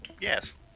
Yes